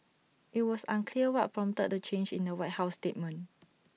IT was unclear what prompted the change in the white house statement